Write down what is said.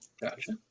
Gotcha